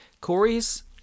Corey's